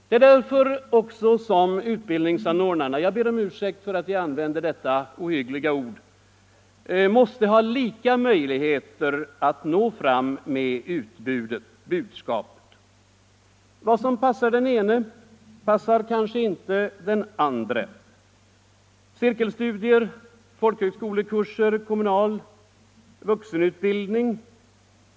Det är också därför som utbildningsanordnarna — jag ber om ursäkt för att jag använder detta ohyggliga ord — måste ha lika möjligheter att nå fram med utbudet, budskapet. Vad som passar den ena passar kanske inte den andra: cirkelstudier, folkhögskolekurser, kommunal vuxenutbildning.